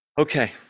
Okay